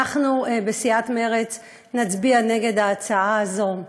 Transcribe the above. אנחנו בסיעת מרצ נצביע נגד ההצעה הזאת.